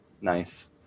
nice